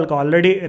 already